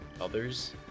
others